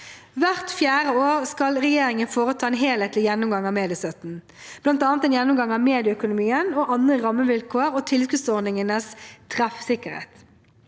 Hvert fjerde år skal regjeringen foreta en helhetlig gjennomgang av mediestøtten, bl.a. en gjennomgang av medieøkonomien og andre rammevilkår og tilskuddsordningenes treffsikkerhet.